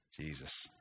Jesus